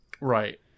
Right